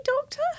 doctor